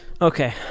Okay